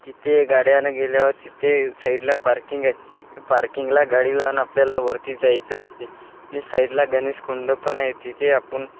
तिथे गाड्यानं गेल्यावर तिथे साईडला पार्किंग आहे पार्किंगला गाडी लावून आपल्याला वरती जायचं असते हे साईडला गणेश कुंड पण आहे तिथे आपण